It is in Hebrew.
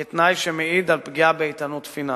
כתנאי שמעיד על פגיעה באיתנות פיננסית.